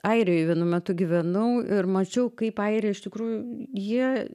airijoj vienu metu gyvenau ir mačiau kaip airiai iš tikrųjų jie